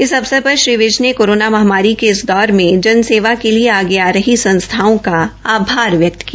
इस अवसर पर श्री विज ने कोरोना महामारी के इस दौर में जनसेवा के लिए आगे आ रही संस्थाओं का आभार व्यक्त किया